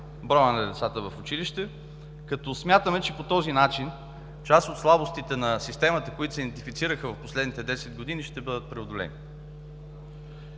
броя на децата в училище, като смятаме, че по този начин част от слабостите на системата, които се идентифицираха в последните десет години, ще бъдат преодолени.